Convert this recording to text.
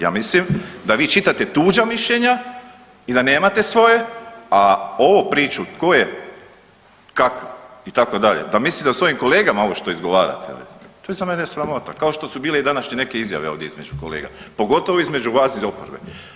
Ja mislim da vi čitate tuđa mišljenja i da nemate svoje, a ovu priču tko je kak, itd., da mislim da svojim kolegama ovo što izgovarate ... to za mene je sramota, kao što su bile i današnje neke izjave ovdje između kolega, pogotovo između vas iz oporbe.